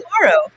tomorrow